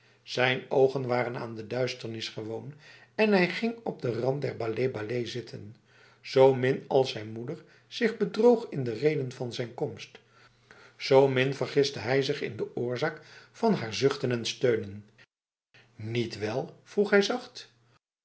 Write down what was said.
zijn ogen waren aan de duisternis gewoon en hij ging op de rand der balé balé zitten zomin als zijn moeder zich bedroog in de reden van zijn komst zomin vergiste hij zich in de oorzaak van haar zuchten en steunen niet wel vroeg hij zacht